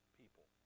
people